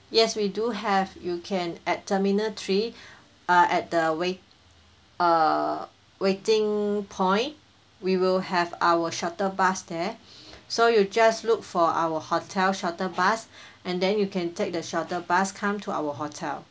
yes we do have you can at terminal three uh at the wait uh waiting point we will have our shuttle bus there so you just look for our hotel shuttle bus and then you can take the shuttle bus come to our hotel